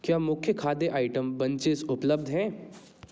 क्या मुख्य खाद्य आइटम्स बंचेस उपलब्ध हैं